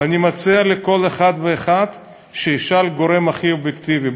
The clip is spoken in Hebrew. ואני מציע לכל אחד ואחד שישאל את הגורם הכי אובייקטיבי,